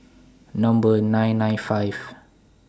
Number nine nine five